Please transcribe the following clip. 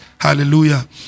Hallelujah